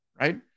right